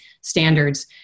standards